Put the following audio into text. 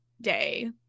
Day